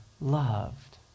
loved